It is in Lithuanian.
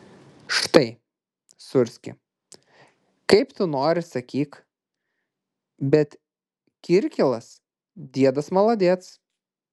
štai sūrski kaip tu nori sakyk bet kirkilas diedas maladec